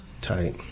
Tight